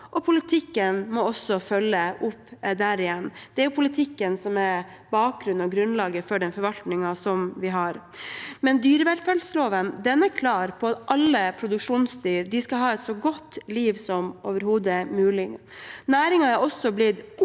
og politikken må også følge opp der igjen. Det er jo politikken som er bakgrunnen og grunnlaget for den forvaltningen vi har. Dyrevelferdsloven er klar på at alle produksjonsdyr skal ha et så godt liv som overhodet mulig. Næringen er også blitt oppfordret